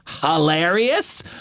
hilarious